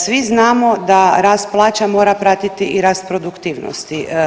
Svi znamo da rast plaća mora pratiti i rast produktivnosti.